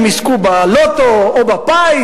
אם יזכו בלוטו או בפיס,